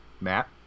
Matt